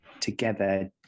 together